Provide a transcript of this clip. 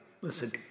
listen